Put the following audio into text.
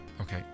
Okay